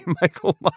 Michael